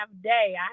day